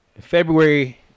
february